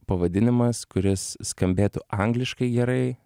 pavadinimas kuris skambėtų angliškai gerai